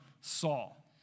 Saul